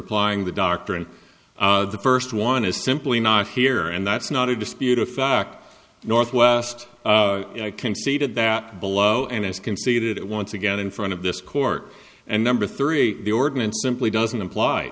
applying the dr in the first one is simply not here and that's not a disputed fact northwest conceded that below and is conceded it once again in front of this court and number three the ordinance simply doesn't apply